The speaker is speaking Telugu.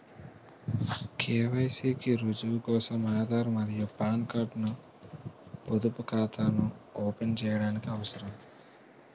కె.వై.సి కి రుజువు కోసం ఆధార్ మరియు పాన్ కార్డ్ ను పొదుపు ఖాతాను ఓపెన్ చేయడానికి అవసరం